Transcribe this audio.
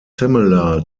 similar